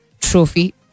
trophy